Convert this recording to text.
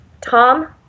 Tom